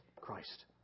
Christ